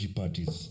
parties